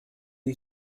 you